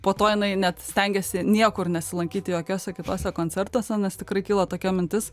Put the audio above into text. po to jinai net stengiasi niekur nesilankyti jokiuose kituose koncertuose nes tikrai kyla tokia mintis